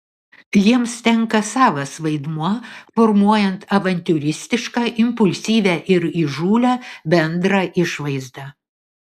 jiems tenka savas vaidmuo formuojant avantiūristišką impulsyvią ir įžūlią bendrą išvaizdą